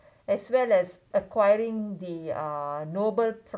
as well as acquiring the uh noble pr~